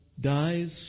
dies